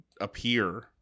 appear